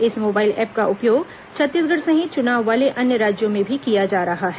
इस mobile app का उपयोग छत्तीसगढ़ सहित चुनाव वाले अन्य राज्यों में भी किया जा रहा है